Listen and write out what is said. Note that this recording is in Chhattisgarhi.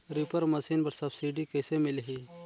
रीपर मशीन बर सब्सिडी कइसे मिलही?